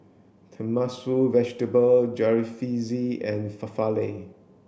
Tenmusu Vegetable Jalfrezi and Falafel